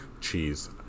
cheese